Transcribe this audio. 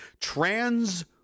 Trans